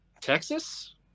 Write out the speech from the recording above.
Texas